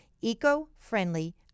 eco-friendly